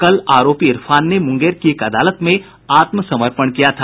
कल आरोपी इरफान ने मुंगेर की एक अदालत में आत्मसमर्पण किया था